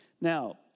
Now